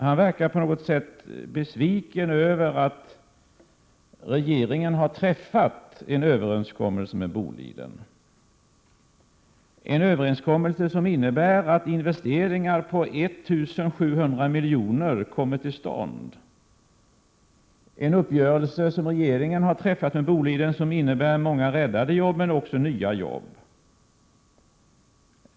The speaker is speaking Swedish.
Han verkar på något sätt besviken över att regeringen har träffat en överenskommelse med Boliden, en överenskommelse som innebär att investeringar på 1 700 milj.kr. kommer till stånd, en uppgörelse som regeringen träffat som innebär många räddade jobb men också nya jobb.